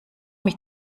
mich